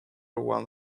one